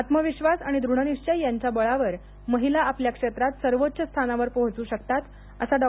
आत्मविश्वास आणि दृढनिश्वय यांच्या बळावर महिला आपल्या क्षेत्रात सर्वोच्च स्थानावर पोहोचू शकतात असा डॉ